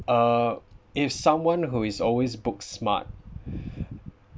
uh if someone who is always book smart